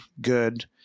good